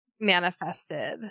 manifested